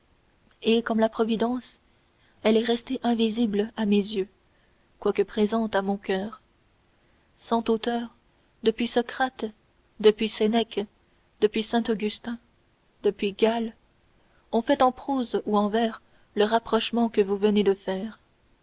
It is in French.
et comme la providence elle est restée invisible à mes yeux quoique présente à mon coeur cent auteurs depuis socrate depuis sénèque depuis saint augustin depuis gall ont fait en prose ou en vers le rapprochement que vous venez de faire